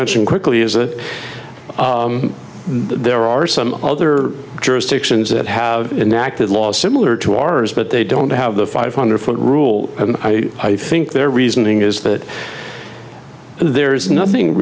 mention quickly is that there are some other jurisdictions that have inactive laws similar to ours but they don't have the five hundred foot rule and i think their reasoning is that there is nothing